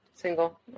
Single